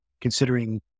considering